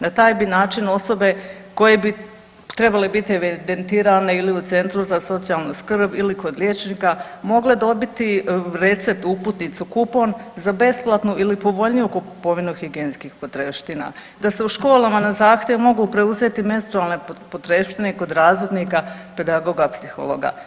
Na taj bi način osobe koje bi trebale biti evidentirane ili u Centru za socijalnu skrb ili kod liječnika mogle dobiti recept, uputnicu, kupon za besplatnu ili povoljniju kupovinu higijenskih potrepština, da se u školama na zahtjev mogu preuzeti menstrualne potrepštine i kod razrednika, pedagoga, psihologa.